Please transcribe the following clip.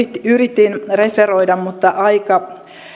yritin referoida mutta aika